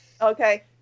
Okay